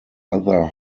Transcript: other